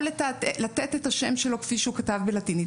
או לתת את השם שלו כפי שהוא כתב בלטינית.